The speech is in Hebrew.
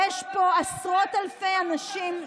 יש פה עשרות אלפי אנשים שלא.